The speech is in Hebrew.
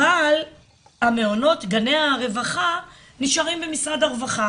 אבל המעונות, גני הרווחה, נשארים במשרד הרווחה